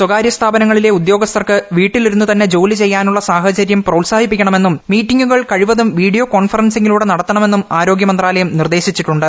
സ്വകാര്യ സ്ഥാപനങ്ങളിലെ ഉദ്യോഗസ്ഥർക്ക് വീട്ടിലിരുന്നു തന്നെ ജോലി ചെയ്യാനുള്ള സാഹചര്യം പ്രപ്പോത്സാഹിപ്പിക്കണമെന്നും മീറ്റിംഗുകൾ കഴിവതും വീഡിയ്ക്കേ നടത്തണമെന്നും ആരോഗ്യ മന്ത്രാലയ്ക്കും നിർദ്ദേശിച്ചിട്ടുണ്ട്